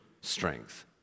strength